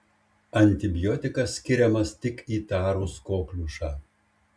antibiotikas skiriamas tik įtarus kokliušą